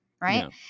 right